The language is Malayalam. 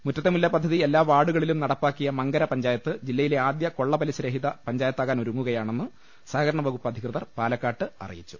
മുറ്റത്തെ മുല്ല പദ്ധതി എല്ലാ വാർഡുകളിലും നടപ്പാക്കിയ മങ്കര പഞ്ചായത്ത് ജില്ലയിലെ ആദ്യ കൊള്ള പലിശ രഹിത പഞ്ചായത്താകാൻ ഒരുങ്ങുകയാണെന്ന് സഹകരണ വകുപ്പ് അധികൃതർ പാലക്കാട്ട് അറിയിച്ചു